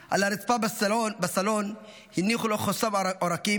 על הרצפה בסלון הניחו לו חוסם עורקים,